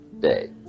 day